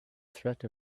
threat